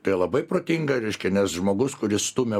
tai labai protinga reiškia nes žmogus kuris stumia